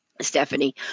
Stephanie